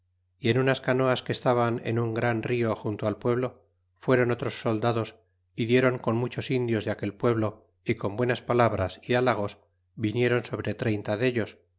y en unas canoas que estaban en un gran riojunto al pueblo fueron otros soldados y dieron con muchos indios de aquel pueblo y con buenas palabras y halagos vinieron sobre treinta dellos